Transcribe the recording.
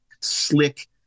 slick